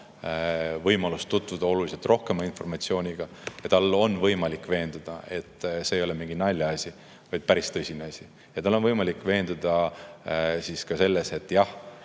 võimalust tutvuda oluliselt rohkema informatsiooniga ja tal on võimalik veenduda, et see ei ole mingi naljaasi, vaid päris tõsine asi. Tal on võimalik veenduda ka selles, et jah,